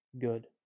good